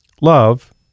love